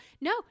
No